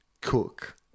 Cook